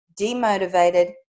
demotivated